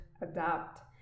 adapt